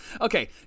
Okay